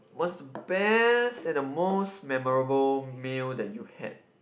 what's the best and the most memorable meal that you had